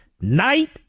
night